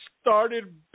started